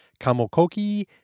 Kamokoki